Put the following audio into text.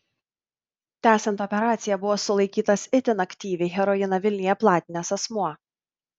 tęsiant operaciją buvo sulaikytas itin aktyviai heroiną vilniuje platinęs asmuo